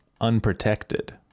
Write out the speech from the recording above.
Unprotected